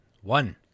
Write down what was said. One